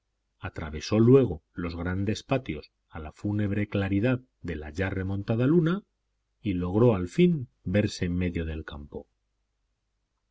atravesó luego los grandes patios a la fúnebre claridad de la ya remontada luna y logró al fin verse en medio del campo